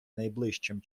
найближчим